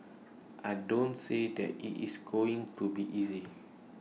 I don't say that IT is going to be easy